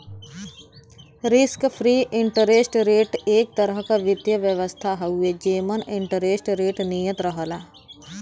risk free interest rate एक तरह क वित्तीय व्यवस्था हउवे जेमन इंटरेस्ट रेट नियत रहला